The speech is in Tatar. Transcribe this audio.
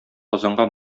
казанга